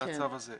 לצו הזה,